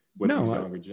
No